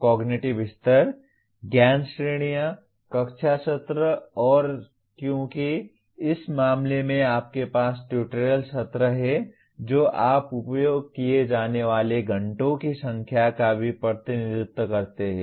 cognitive स्तर ज्ञान श्रेणियां कक्षा सत्र और क्योंकि इस मामले में आपके पास ट्यूटोरियल सत्र हैं जो आप उपयोग किए जाने वाले घंटों की संख्या का भी प्रतिनिधित्व करते हैं